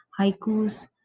haikus